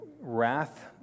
wrath